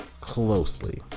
closely